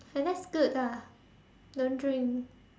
then that's good ah don't drink